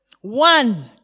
One